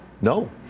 No